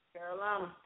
Carolina